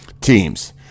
teams